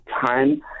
time